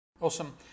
Awesome